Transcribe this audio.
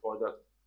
product